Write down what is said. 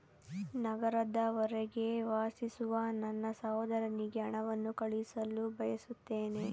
ನಗರದ ಹೊರಗೆ ವಾಸಿಸುವ ನನ್ನ ಸಹೋದರನಿಗೆ ಹಣವನ್ನು ಕಳುಹಿಸಲು ಬಯಸುತ್ತೇನೆ